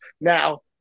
Now